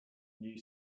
new